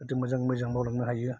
जाहाथे मोजां मोजां मावलांनो हायो